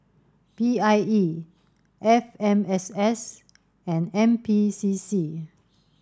P I E F M S S and N P C C